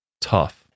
tough